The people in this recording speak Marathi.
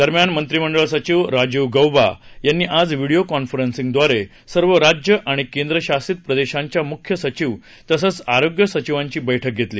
दरम्यान मंत्रिमंडळ सचिव राजीव गौबा यांनी आज व्हिडिओ कॉन्फरन्सिंगद्वारे सर्व राज्यं आणि केंद्रशासित प्रदेशांच्या मुख्य सचिव तसंच आरोग्य सचिवांची बैठक घेतली